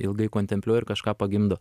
ilgai kontempliuoja ir kažką pagimdo